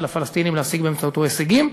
התקווה של הפלסטינים להשיג באמצעותו הישגים,